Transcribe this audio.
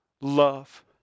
love